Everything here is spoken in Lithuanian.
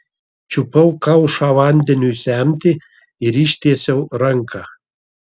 čiupau kaušą vandeniui semti ir ištiesiau ranką